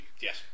yes